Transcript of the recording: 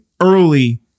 early